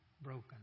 Broken